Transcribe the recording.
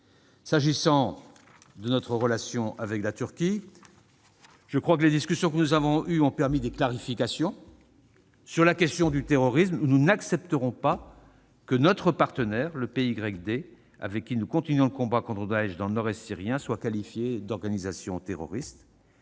S'agissant de notre relation avec la Turquie, les discussions que nous avons eues ont permis des clarifications. Sur la question du terrorisme, nous n'accepterons pas que notre partenaire, le PYD, avec qui nous continuons le combat contre Daech dans le nord-est syrien, soit qualifié d'organisation terroriste.